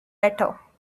better